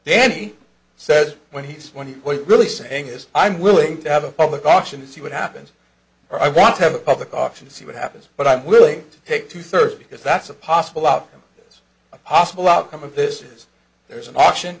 he said when he says when he was really saying is i'm willing to have a public auction to see what happens i want to have a public auction to see what happens but i'm willing to take two thirds because that's a possible outcome a possible outcome of this is there's an auction